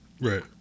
Right